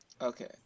Okay